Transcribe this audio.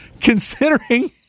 considering